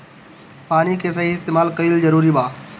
पानी के सही इस्तेमाल कइल जरूरी बा